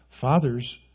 Fathers